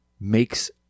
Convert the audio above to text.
makes